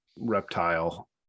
reptile